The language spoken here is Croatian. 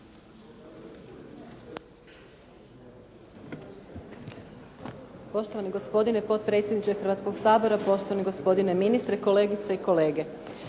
Poštovani gospodine potpredsjedniče Hrvatskoga sabora, poštovani gospodine ministre, kolegice i kolege.